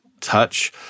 touch